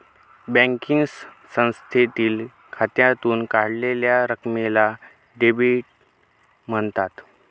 banking संस्थेतील खात्यातून काढलेल्या रकमेला डेव्हिड म्हणतात